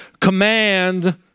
command